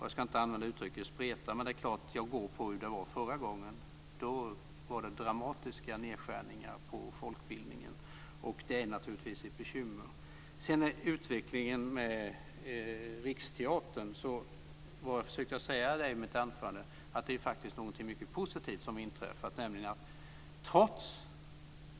Jag ska inte använda uttrycket spreta, men jag går på hur det var förra gången - då var det dramatiska nedskärningar på folkbildningen. Det är naturligtvis ett bekymmer. När det gäller utvecklingen med Riksteatern försökte jag säga i mitt anförande att det är någonting mycket positivt som har inträffat.